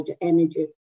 energy